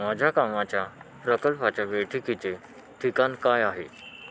माझ्या कामाच्या प्रकल्पाच्या बैठकीचे ठिकाण काय आहे